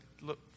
look